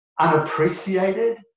unappreciated